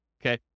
okay